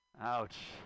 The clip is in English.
Ouch